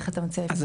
אז אני אומר,